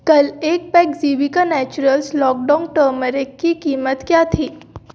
कल एक pack Jeevika naturals Lakadong turmeric की कीमत क्या थी